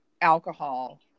alcohol